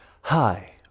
Hi